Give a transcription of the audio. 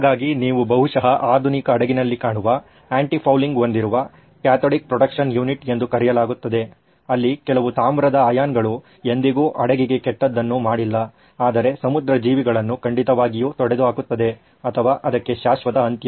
ಹಾಗಾಗಿ ನೀವು ಬಹುಶಃ ಆಧುನಿಕ ಹಡಗಿನಲ್ಲಿ ಕಾಣುವ ಎನ್ಟೀ ಫೌಲಿಂಗ್ ಹೊಂದಿರುವ ಕ್ಯಾಥೋಡಿಕ್ ಪ್ರೊಟೆಕ್ಷನ್ ಯುನಿಟ್ ಎಂದು ಕರೆಯಲಾಗುತ್ತದೆ ಅಲ್ಲಿ ಕೆಲವು ತಾಮ್ರದ ಅಯಾನ್ಗಳು ಎಂದಿಗೂ ಹಡಗಿಗೆ ಕೆಟ್ಟದ್ದನ್ನು ಮಾಡಿಲ್ಲ ಆದರೆ ಸಮುದ್ರ ಜೀವಿಗಳನ್ನು ಖಂಡಿತವಾಗಿಯೂ ತೊಡೆದುಹಾಕುತ್ತದೆ ಅಥವಾ ಅದಕ್ಕೆ ಶಾಶ್ವತ ಅಂತ್ಯ